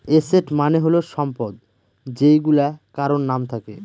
asset মানে হল সম্পদ যেইগুলা কারোর নাম থাকে